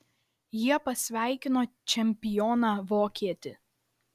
jie pasveikino čempioną vokietį